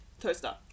Toaster